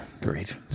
great